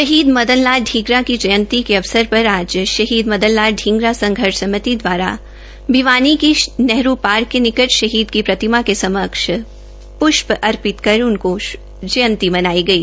शहीद मदन लाल पींगरा की जंयती के अवसर पर आज शहीद मदनलाल पींगरा संघर्ष समिति भिवानी ने नेहरू पार्क के निकट शहीदी की प्रतिमा के समक्ष पृष्प् अर्पित कर उनकी जयंती मनाई गई